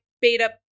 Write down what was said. beta